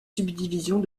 subdivisions